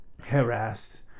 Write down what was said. harassed